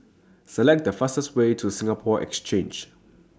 Select The fastest Way to Singapore Exchange